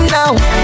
now